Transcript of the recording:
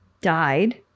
died